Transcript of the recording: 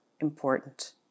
important